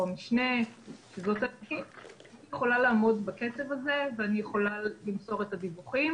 המשנה --- יכולה לעמוד בקצב הזה ואני יכולה למסור את הדיווחים